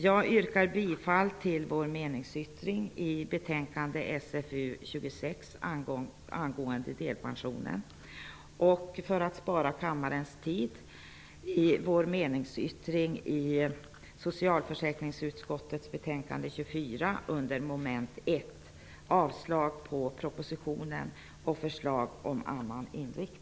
Jag yrkar bifall till vår meningsyttring vid betänkandet SfU26. För att spara kammarens tid yrkar jag i vår meningsyttring vid betänkandet